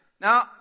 Now